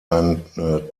eine